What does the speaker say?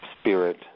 spirit